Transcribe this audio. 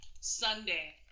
Sunday